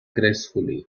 gracefully